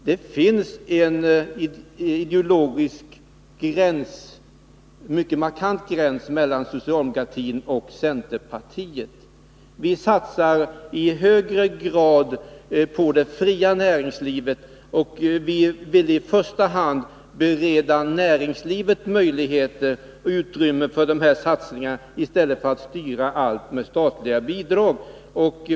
Det finns en mycket markant ideologisk gräns mellan socialdemokratin och centerpartiet. Vi satsar i hög grad på det fria näringslivet, och vi vill i första hand bereda näringslivet möjligheter och skapa utrymme för satsningar på det området i stället för att styra allt genom statliga bidrag.